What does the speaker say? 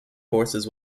forces